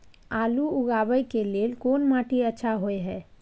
आलू उगाबै के लेल कोन माटी अच्छा होय है?